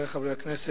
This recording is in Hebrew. חברי חברי הכנסת,